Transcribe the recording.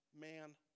man